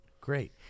great